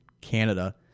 Canada